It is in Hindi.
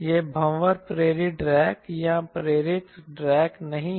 ये भंवर प्रेरित ड्रैग या प्रेरित ड्रैग नहीं हैं